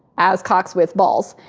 as cocks with balls.